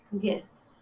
Yes